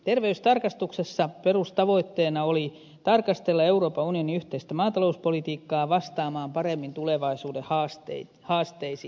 terveystarkastuksessa perustavoitteena oli tarkastella euroopan unionin yhteistä maatalouspolitiikkaa vastaamaan paremmin tulevaisuuden haasteisiin